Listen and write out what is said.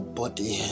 body